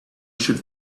should